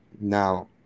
Now